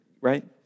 Right